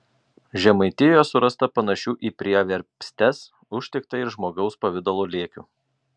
žemaitijoje surasta panašių į prieverpstes užtikta ir žmogaus pavidalo lėkių